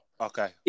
Okay